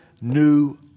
new